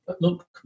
look